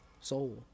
soul